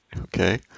Okay